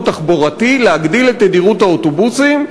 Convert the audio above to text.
תחבורתי" להגדיל את תדירות האוטובוסים,